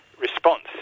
response